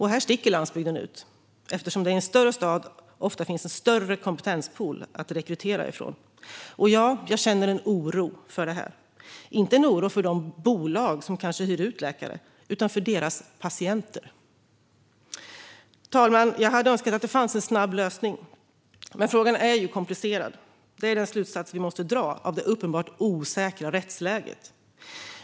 Här sticker landsbygden ut eftersom det i en större stad ofta finns en större kompetenspool att rekrytera från. Och ja, jag känner en oro för detta. Jag känner inte en oro för de bolag som hyr ut läkare utan för deras patienter. Fru talman! Jag hade önskat att det fanns en snabb lösning. Men frågan är komplicerad. Det är den slutsats vi måste dra av det uppenbart osäkra rättsläget.